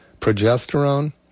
progesterone